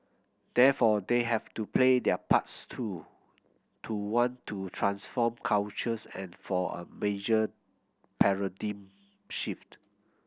therefore they have to play their parts too to want to transform cultures and for a major paradigm shift